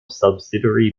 subsidiary